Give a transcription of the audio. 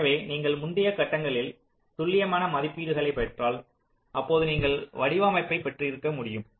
எனவே நீங்கள் முந்தைய கட்டங்களில் துல்லியமான மதிப்பீடுகளை பெற்றால் அப்போது நீங்கள் வடிவமைப்பை பெற்றிருக்க முடியும்